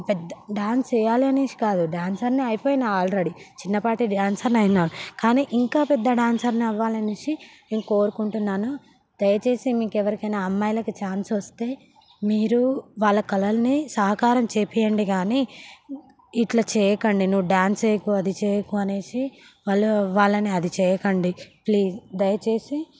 పెద్ద డాన్స్ వెయ్యాలి అనేసి కాదు డాన్సర్ని అయిపోయిన ఆల్రెడీ చిన్నపాటి డాన్సర్ని అయినా కానీ ఇంకా పెద్ద డాన్సర్ని అవ్వాలి అనేసి నేను కోరుకుంటున్నాను దయచేసి మీకు ఎవరికైనా అమ్మాయిలకు ఛాన్స్ వస్తే మీరు వాళ్ళ కలలని సహకారం చేపియండి కాని ఇట్లా చేయకండి నువ్వు డాన్స్ చేయకు అది చేయకు అనేసి వాళ్ళు వాళ్ళని అది చేయకండి ప్లీజ్ దయచేసి